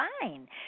fine